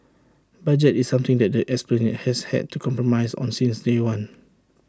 budget is something that the esplanade has had to compromise on since day one